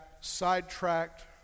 sidetracked